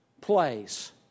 place